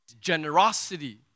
generosity